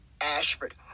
Ashford